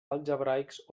algebraics